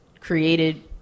Created